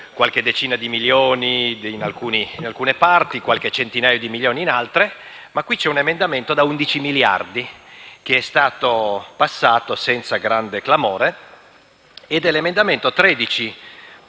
qualche decina di milioni in alcune parti, di qualche centinaia di milioni in altre, ma qui c'è un emendamento da 11 miliardi che è passato senza grande clamore, si tratta